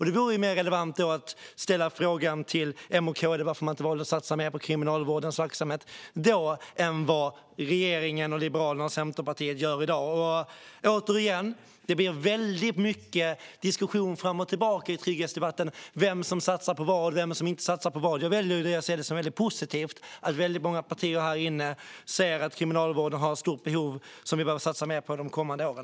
Det vore mer relevant att ställa frågan till M och KD varför man inte då valde att satsa mer på Kriminalvårdens verksamhet än vad regeringen, Liberalerna och Centerpartiet gör i dag. Återigen: Det blir väldigt mycket diskussioner fram och tillbaka i trygghetsdebatten om vem som satsar på vad och vem som inte satsar på vad. Jag väljer att se det som väldigt positivt att många partier här inne ser att Kriminalvården har ett stort behov som vi behöver satsa mer på de kommande åren.